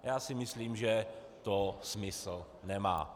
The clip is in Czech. Já si myslím, že to smysl nemá.